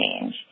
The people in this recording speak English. change